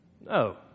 No